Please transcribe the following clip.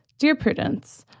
dear prudence,